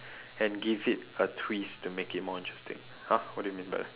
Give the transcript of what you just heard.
and give it a twist to make it more interesting !huh! what do you mean by